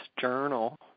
journal